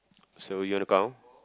so you want to count